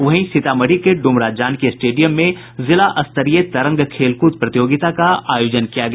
वहीं सीतामढ़ी के डुमरा जानकी स्टेडियम में जिला स्तरीय तरंग खेलकूद प्रतियोगिता का आयोजन किया गया